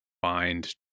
find